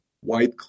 white